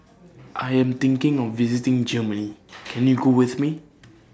I Am thinking of visiting Germany Can YOU Go with Me